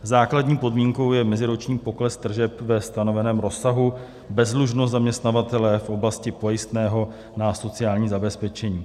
Základní podmínkou je meziroční pokles tržeb ve stanoveném rozsahu, bezdlužnost zaměstnavatele v oblasti pojistného na sociální zabezpečení.